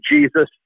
Jesus